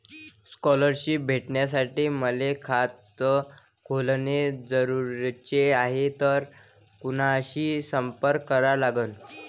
Scholarship भेटासाठी मले खात खोलने गरजेचे हाय तर कुणाशी संपर्क करा लागन?